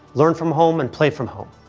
learn from home, and play from home.